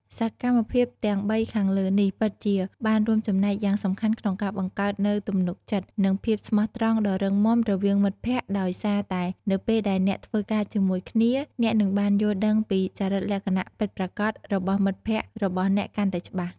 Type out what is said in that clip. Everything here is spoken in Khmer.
សកម្មភាពទាំងបីខាងលើនេះពិតជាបានរួមចំណែកយ៉ាងសំខាន់ក្នុងការបង្កើតនូវទំនុកចិត្ត និងភាពស្មោះត្រង់ដ៏រឹងមាំរវាងមិត្តភក្តិដោយសារតែនៅពេលដែលអ្នកធ្វើការជាមួយគ្នា អ្នកនឹងបានយល់ដឹងពីចរិតលក្ខណៈពិតប្រាកដរបស់មិត្តភក្តិរបស់អ្នកកាន់តែច្បាស់។